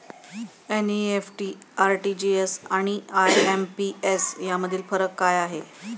NEFT, RTGS आणि IMPS यामधील फरक काय आहे?